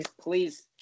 Please